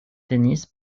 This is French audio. tennis